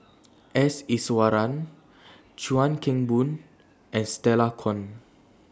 S Iswaran Chuan Keng Boon and Stella Kon